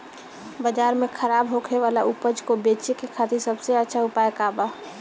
बाजार में खराब होखे वाला उपज को बेचे के खातिर सबसे अच्छा उपाय का बा?